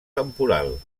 temporal